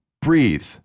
Breathe